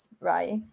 right